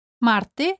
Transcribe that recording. Marte